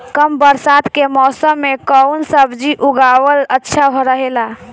कम बरसात के मौसम में कउन सब्जी उगावल अच्छा रहेला?